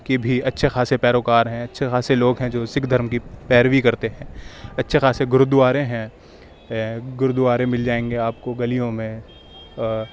کی بھی اچھے خاصے پیروکار ہیں اچھے خاصے لوگ ہیں جو سکھ دھرم کی پیروی کرتے ہیں اچھے خاصے گورودوارے ہیں گورودوارے مل جائیں گے آپ کو گلیوں میں آ